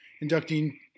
inducting